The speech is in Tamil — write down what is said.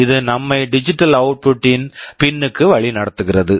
இது நம்மை digital output pin output pin க்கு வழி நடத்துகிறது